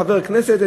חבר הכנסת,